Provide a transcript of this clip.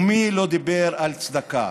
ומי לא דיבר על צדקה?